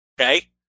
okay